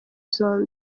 zombi